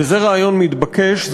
וזה רעיון מתבקש.